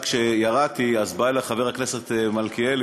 רק כשירדתי בא אלי חבר הכנסת מלכיאלי,